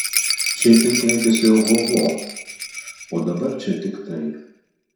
šiaip tai keikiasi ohoho o dabar čia tik tai